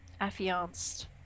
Affianced